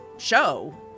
show